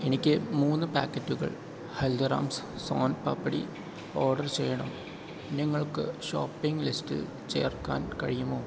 എനിക്ക് മൂന്ന് പാക്കറ്റുകൾ ഹൽദിറാംസ് സോൻ പാപ്ഡി ഓർഡർ ചെയ്യണം നിങ്ങൾക്ക് ഷോപ്പിംഗ് ലിസ്റ്റിൽ ചേർക്കാൻ കഴിയുമോ